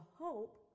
hope